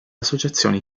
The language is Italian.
associazioni